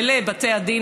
של בתי הדין,